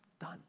Done